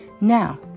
Now